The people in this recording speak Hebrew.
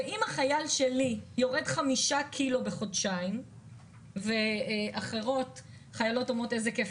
אם החייל שלי יורד 5 קילו בחודשיים וחיילות אומרות איזה כיף,